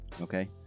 okay